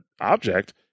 object